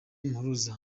mpuruza